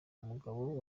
umugabo